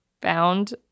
found